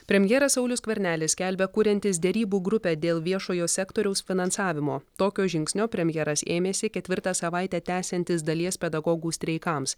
premjeras saulius skvernelis skelbia kuriantis derybų grupę dėl viešojo sektoriaus finansavimo tokio žingsnio premjeras ėmėsi ketvirtą savaitę tęsiantis dalies pedagogų streikams